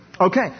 Okay